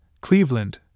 Cleveland